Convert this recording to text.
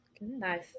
Nice